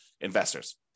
investors